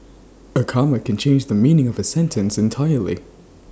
A comma can change the meaning of A sentence entirely